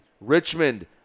Richmond